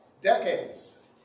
Decades